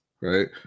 right